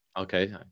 Okay